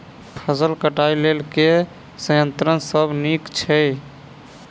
फसल कटाई लेल केँ संयंत्र सब नीक छै?